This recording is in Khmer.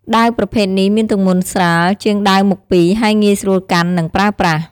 ដាវប្រភេទនេះមានទម្ងន់ស្រាលជាងដាវមុខពីរ ហើយងាយស្រួលកាន់ និងប្រើប្រាស់។